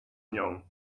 nią